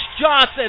Johnson